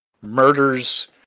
murders